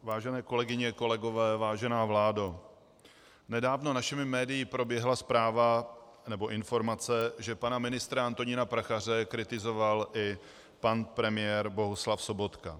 Vážené kolegyně, kolegové, vážená vládo, nedávno našimi médii proběhla zpráva nebo informace, že pana ministra Antonína Prachaře kritizoval i pan premiér Bohuslav Sobotka.